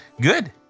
Good